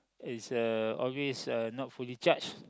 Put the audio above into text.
is a always uh not fully charged